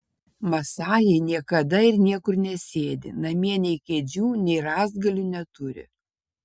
masajai niekada ir niekur nesėdi namie nei kėdžių nei rąstgalių neturi